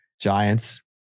Giants